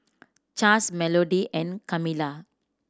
Chas Melody and Kamilah